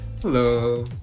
Hello